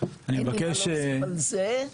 אין לי מה להוסיף על זה,